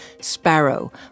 Sparrow